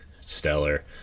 stellar